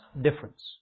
difference